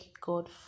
God